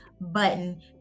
button